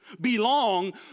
belong